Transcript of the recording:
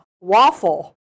waffle